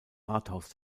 rathaus